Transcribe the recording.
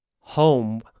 Home